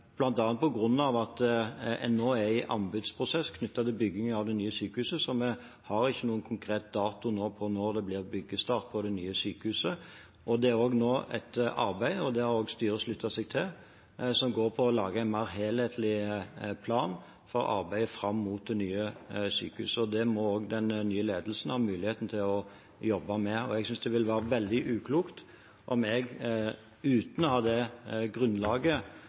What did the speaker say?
at man nå er i anbudsprosess knyttet til bygging av det nye sykehuset. Vi har ikke nå noen konkret dato for når det blir byggestart for det nye sykehuset. Det er også et arbeid, som styret har sluttet seg til, som går på å lage en mer helhetlig plan for arbeidet fram mot det nye sykehuset. Det må også den nye ledelsen ha muligheten til å jobbe med. Jeg synes det ville være veldig uklokt om jeg – uten å ha det grunnlaget